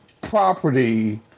property